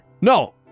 No